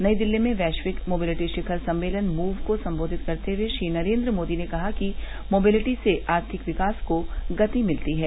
नई दिल्ली में वैरिक्क मोबिलिटी शिखर सम्मेलन मूव को संबोधित करते हुए श्री नरेन्द्र मोदी ने कहा कि मोबिलिटी से आर्थिक विकास को गति मिलती है